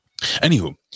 Anywho